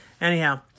Anyhow